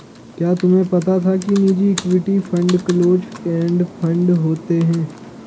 क्या तुम्हें पता था कि निजी equity fund close end fund होते हैं?